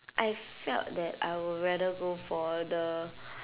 I felt that I would rather go for the